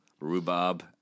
rhubarb